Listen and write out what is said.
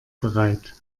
bereit